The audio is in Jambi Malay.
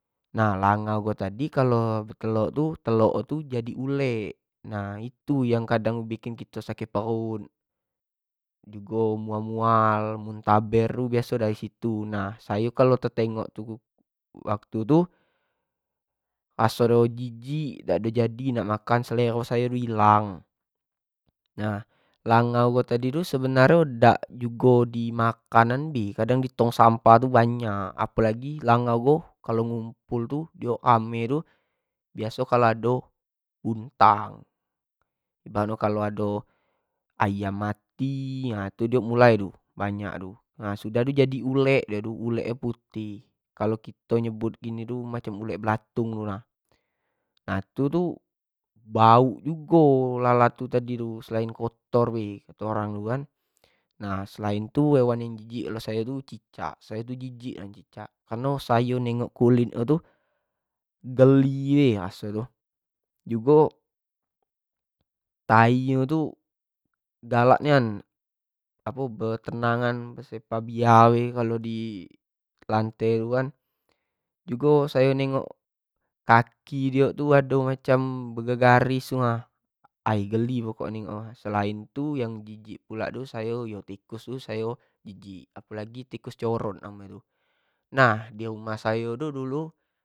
Nah langau ko tadi kalau betelok tu, telok tu jading ulek nah itu yang kadang bikin kito sakit perut jugo mual-mual, muntaber, biaso dari situ, nah sayo kalo tetengok tu waktu tu raso jijik dak do jadi nak makan, selero sayo ni ilang, langau ko tadi ko sebenar nyo dak jugo, di makanan lagi kadang di tong sampah ni banyak apo lagi langau ko, kalau ngumpul ko diok rame tu biaso kalo ado luntang, dimano kalo ado ayam mati, nah itu diok mualai tu banyak tu nah sudah diok jadi ulek tu, ulek tu putih, kalo kito nyebut gini tu macam ulek belatung gitu nah, nah itu tu, bauk jugo lalat tu tadi tu selain kotor tadi tu, kato orang dulu kan, nah selain tu hewan yang jijik menurut sayo tu cicak, sayo tu jijik samo cicak kareno sayo nengok kulit nyo tu geli raso nyo tu jugo taik nyo tu galak nian apo betenangan bepia bae kalo di lante tu kan, jugo sayo nengok kaki diok tu ado macam begaris-garis tu ha, wai geli pokok nengok nyo tu, wai selain tu sayo jijik pula tu sayo tu tikus, sayo tikus tu yo jijik apo lagi ado namo nyo tikus curut tu, nah di umah sayo tu dulu.